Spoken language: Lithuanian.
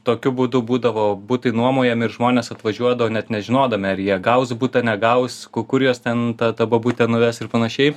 tokiu būdu būdavo butai nuomojami ir žmonės atvažiuodavo net nežinodami ar jie gaus butą negaus ku kur juos ten ta ta bobutė nuves ir panašiai